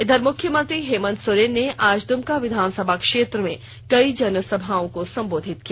इधर मुख्यमंत्री हेमंत सोरेन ने आज द्रमका विधानसभा क्षेत्र में कई जनसभाओं को सम्बोधित किया